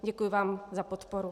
Děkuji vám za podporu.